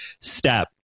step